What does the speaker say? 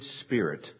spirit